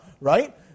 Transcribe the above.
right